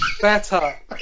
better